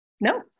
No